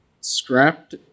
scrapped